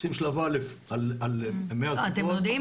אנחנו רוצים שלב א' על 100 זוגות --- אתם יודעים